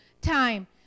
time